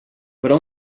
però